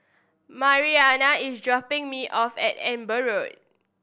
Mariana is dropping me off at Amber Road